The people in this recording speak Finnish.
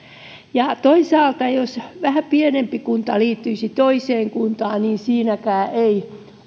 ja toisaalta jos vähän pienempi kunta liittyisi toiseen kuntaan niin siinäkään ei